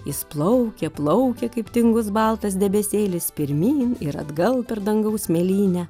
jis plaukė plaukė kaip tingus baltas debesėlis pirmyn ir atgal per dangaus mėlynę